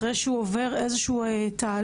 אחרי שהוא עובר איזה שהוא תהליך,